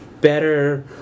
better